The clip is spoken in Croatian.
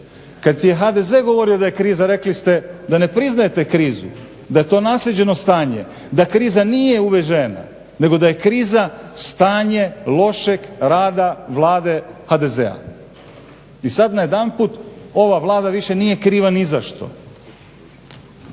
Kada je HDZ govorio da je kriza rekli ste da ne priznajete krizu, da je to naslijeđeno stanje, da kriza nije uvežena nego da je kriza stanje lošeg rada vlade HDZ-a. I sada najedanput ova Vlada više nije kriva nizašto.